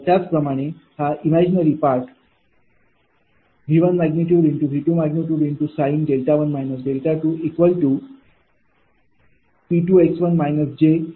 त्याचप्रमाणे हा imaginary part ।V1।।V2। sin δ1−δ2 𝑃 𝑥−𝑗𝑄𝑟 हा आहे